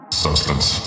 substance